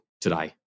today